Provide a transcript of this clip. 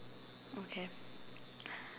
okay